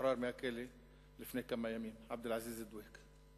ששוחרר מהכלא לפני כמה ימים, עבד אלעזיז דוויכ.